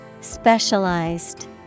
Specialized